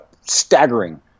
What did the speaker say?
staggering